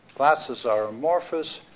glasses are amorphous,